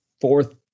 fourth